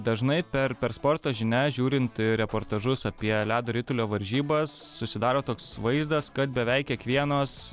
dažnai per per sporto žinias žiūrint reportažus apie ledo ritulio varžybas susidaro toks vaizdas kad beveik kiekvienos